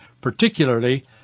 particularly